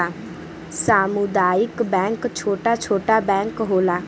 सामुदायिक बैंक छोटा छोटा बैंक होला